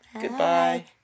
Goodbye